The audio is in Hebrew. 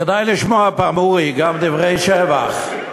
כדאי לשמוע פעם, אורי, גם דברי שבח.